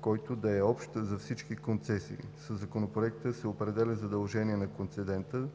който да е общ за всички концесии. Със Законопроекта се определя задължение на концедента